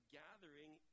gathering